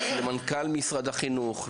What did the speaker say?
איך זה מגיע בסוף למנכ"ל משרד החינוך,